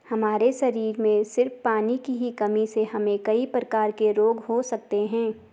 हमारे शरीर में सिर्फ पानी की ही कमी से हमे कई प्रकार के रोग हो सकते है